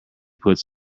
puts